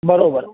બરાબર